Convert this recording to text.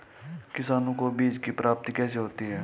किसानों को बीज की प्राप्ति कैसे होती है?